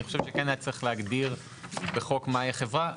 חושב שכן היה צריך להגדיר בחוק מהי "חברה".